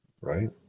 Right